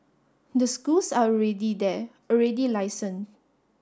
the schools are already there already licensed